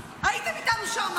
הייתם איתנו שם, אתה בטח.